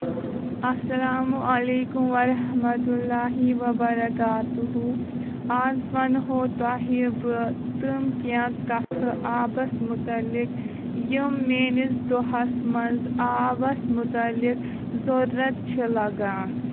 السلام عليكم ورحمة الله وبركاته آز ونہو تۄہہِ بہٕ تِم کینٛہہ کتھٕ آبس مُتعلق یِم میٲنس دۄہس منٛز آبس مُتعلق ضرورت چھِ لگان